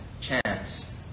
chance